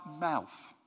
mouth